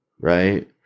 right